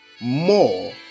more